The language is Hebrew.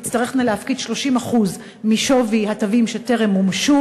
תצטרך להפקיד 30% משווי התווים שטרם מומשו